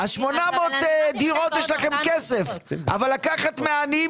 800 דירות יש לכם כסף אבל לקחת מהעניים